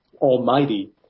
Almighty